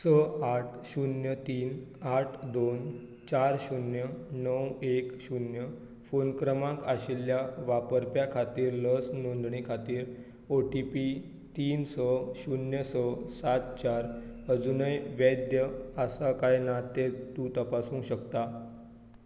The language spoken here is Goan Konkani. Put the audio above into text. स आठ शुन्य तीन आठ दोन चार शुन्य णव एक शुन्य फोन क्रमांक आशिल्ल्या वापरप्या खातीर लस नोंदणी खातीर ओ टी पी तीन स शुन्य स सात चार अजूनय वैध आसा काय ना तें तूं तपासूंक शकता